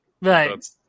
Right